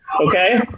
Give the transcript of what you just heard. Okay